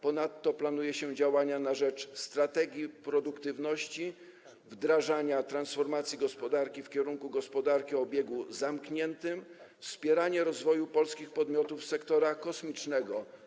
Ponadto planuje się działania na rzecz strategii produktywności, wdrażania transformacji gospodarki w kierunku gospodarki o obiegu zamkniętym, wspieranie rozwoju polskich podmiotów sektora kosmicznego.